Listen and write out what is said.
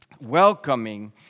Welcoming